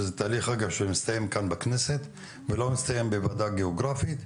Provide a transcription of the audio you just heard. שזה תהליך אגב מסתיים כאן בכנסת ולא מסתיים בוועדה גיאוגרפית,